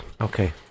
Okay